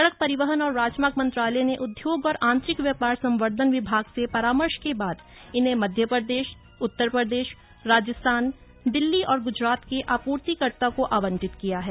सड़क परिवहन और राजमार्ग मंत्रालय ने उद्योग और आंतरिक व्यापार संवर्धन विभाग से परामर्श के बाद इन्हें मध्य प्रदेश उत्तर प्रदेश राजस्थान दिल्ली और गुजरात के आपूर्तिकर्ता को आवंटित किया है